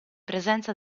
presenza